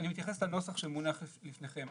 אני מתייחס לנוסח שמונח לפניכם.